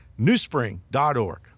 newspring.org